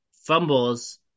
fumbles